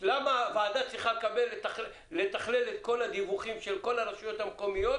למה הוועדה צריכה לתכלל את כל הדיווחים של כל הרשויות המקומיות